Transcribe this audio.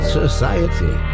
society